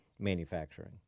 manufacturing